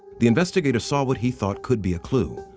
the investigator saw what he thought could be a clue.